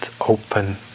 open